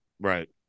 Right